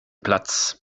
platz